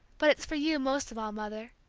but it's for you, most of all, mother,